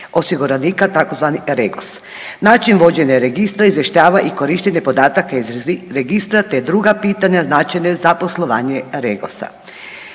osiguranika, tzv. REGOS. Način vođenja Registra izvještava i korištenje podataka iz Registra te druga pitanja značajna za poslovanje REGOS-a.